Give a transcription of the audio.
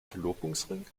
verlobungsring